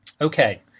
Okay